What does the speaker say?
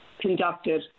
conducted